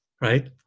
right